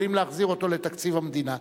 יכולים להחזיר את זה לתקציב המדינה.